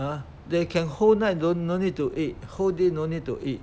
!huh! they can hold night don't no need to eat whole day no need to eat